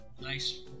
nice